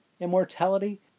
immortality